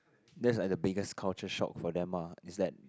that's like the biggest culture shock for them uh is that